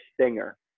stinger